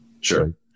Sure